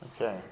okay